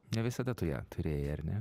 ne visada tu ją turėjai ar ne